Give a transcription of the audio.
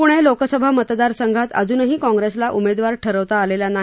प्णे लोकसभा मतदारसंघात अजूनही काँग्रेसला उमेदवार ठरवता आलेला नाही